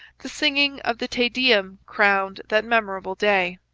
the singing of the te deum crowned that memorable day.